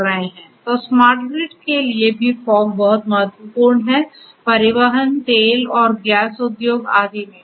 तो smart grid के लिए भी फॉग बहुत महत्वपूर्ण है परिवहन तेल और गैस उद्योग आदि में